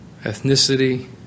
Ethnicity